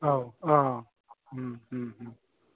औ औ